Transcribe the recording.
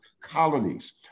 colonies